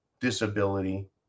disability